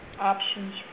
Options